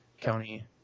County